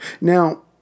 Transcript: Now